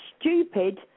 stupid